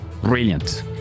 Brilliant